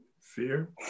Fear